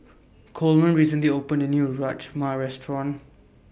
Coleman recently opened A New Rajma Restaurant